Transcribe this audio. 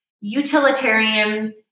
utilitarian